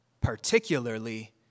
particularly